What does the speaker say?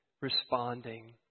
responding